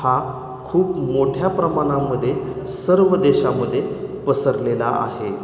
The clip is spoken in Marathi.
हा खूप मोठ्या प्रमाणामध्ये सर्व देशामध्ये पसरलेला आहे